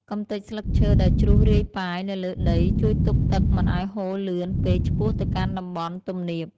កម្ទេចស្លឹកឈើដែលជ្រុះរាយប៉ាយនៅលើដីជួយទប់ទឹកមិនឱ្យហូរលឿនពេកឆ្ពោះទៅកាន់តំបន់ទំនាប។